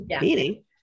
meaning